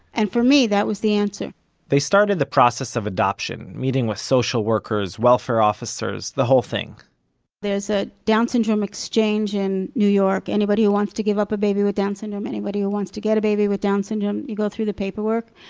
and for me that was the answer they started the process of adoption, meeting with social workers, welfare officers, the whole thing there's a down syndrome exchange in new york anybody who wants to give up a baby with down syndrome, anybody who wants to get a baby with down syndrome, you go through the paperwork.